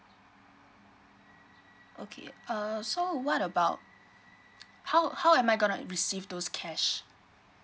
okay err so what about how how am I going to receive those cash